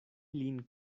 lin